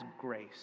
grace